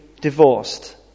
divorced